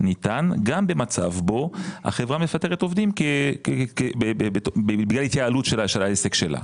ניתן גם במצב בו החברה מפטרת עובדים בגלל התייעלות של העסק שלה.